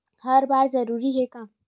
हर बार जरूरी हे का?